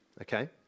Okay